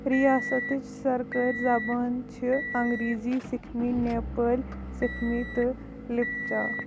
رِیاسَتِچ سرکٲرۍ زبان چھِ انٛگریٖزی سِكھمی نیپٲلۍ سِکِھمی تہٕ لِپجا